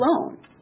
alone